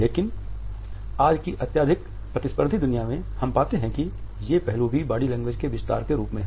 लेकिन आज की अत्यधिक प्रतिस्पर्धी दुनिया में हम पाते हैं कि ये पहलू भी बॉडी लैंग्वेज के विस्तार के रूप में हैं